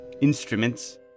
instruments